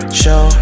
show